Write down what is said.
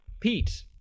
Pete